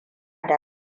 da